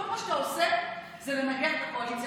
כל מה שאתה עושה זה לנגח את הקואליציה.